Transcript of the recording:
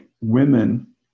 women